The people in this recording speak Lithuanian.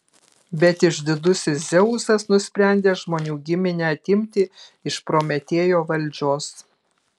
bet išdidusis dzeusas nusprendė žmonių giminę atimti iš prometėjo valdžios